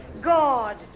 God